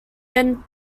then